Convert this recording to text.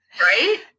Right